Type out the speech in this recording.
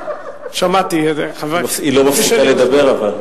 שמעתי, אבל היא לא מפסיקה לדבר.